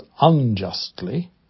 unjustly